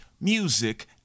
music